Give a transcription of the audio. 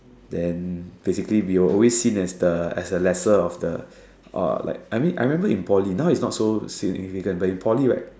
then basically we were always seen as the as the lesser of the uh like I mean I remember in Poly now is not so significant but in Poly right